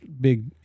big